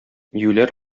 юләр